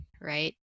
right